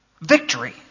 victory